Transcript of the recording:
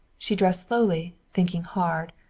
she dressed slowly, thinking hard.